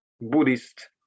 buddhist